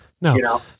no